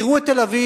תראו את תל-אביב,